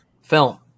film